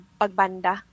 pagbanda